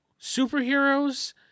superheroes